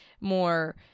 more